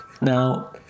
Now